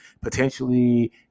potentially